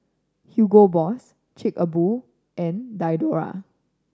Hugo Boss Chic a Boo and Diadora